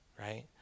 right